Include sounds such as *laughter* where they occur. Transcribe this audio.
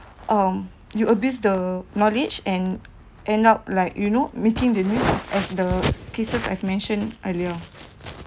um you abuse the knowledge and end up like you know making the new *noise* as the cases I've mentioned earlier